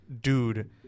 dude